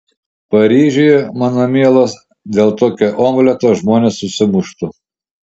paryžiuje mano mielas dėl tokio omleto žmonės susimuštų